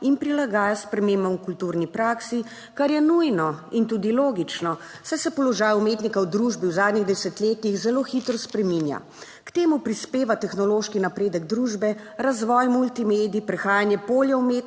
in prilagaja spremembam v kulturni praksi, kar je nujno in tudi logično, saj se položaj umetnika v družbi v zadnjih desetletjih zelo hitro spreminja. K temu prispeva tehnološki napredek družbe, razvoj multimedij, prehajanje polja umetnosti